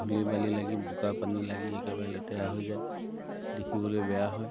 ধূলি বালি লাগি বোকা পানী লাগি একেবাৰে লেতেৰা হৈ যায় দেখিবলৈ বেয়া হয়